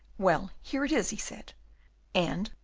well, here it is, he said and,